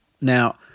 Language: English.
Now